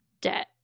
debt